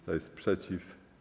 Kto jest przeciw?